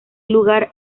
lugar